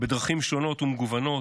בדרכים שונות ומגוונות,